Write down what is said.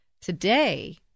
Today